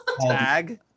Tag